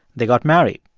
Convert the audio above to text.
they got married.